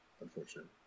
Unfortunately